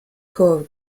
kurve